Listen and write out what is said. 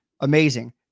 amazing